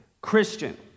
Christian